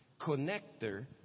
connector